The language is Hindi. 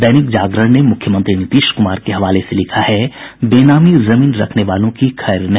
दैनिक जागरण ने मुख्यमंत्री नीतीश कुमार के हवाले से लिखा है बेनामी जमीन रखने वालों की खैर नहीं